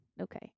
Okay